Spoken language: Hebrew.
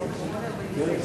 לא משנה המספרים,